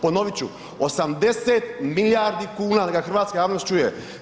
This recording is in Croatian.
Ponoviti ću 80 milijardi kuna da hrvatska javnost čuje.